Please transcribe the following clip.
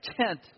tent